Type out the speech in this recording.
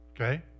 Okay